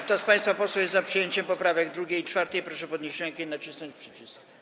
Kto z państwa posłów jest za przyjęciem poprawek 2. i 4., proszę podnieść rękę i nacisnąć przycisk.